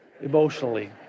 emotionally